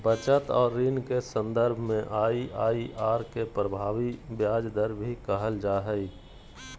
बचत और ऋण के सन्दर्भ में आइ.आइ.आर के प्रभावी ब्याज दर भी कहल जा हइ